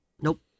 Nope